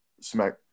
smack